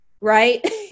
right